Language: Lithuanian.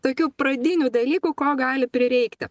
tokių pradinių dalykų ko gali prireikti